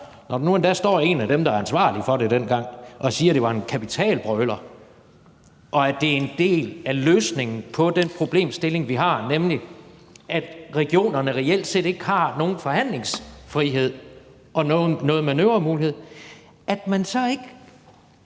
når der nu endda står en af dem, der var ansvarlig for det dengang, og siger, at det var en kapitalbrøler, og at det er en del af løsningen på den problemstilling, vi har, nemlig at regionerne reelt set ikke har nogen forhandlingsfrihed og nogen manøvremulighed, altså at man så ikke